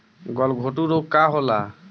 गलघोंटु रोग का होला?